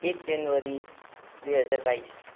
एक जनवरी दुई हजार बाइस